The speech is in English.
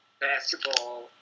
basketball